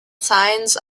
signs